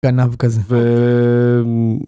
גנב כזה.